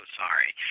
sorry